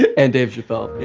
and dave chappelle. yeah.